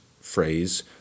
phrase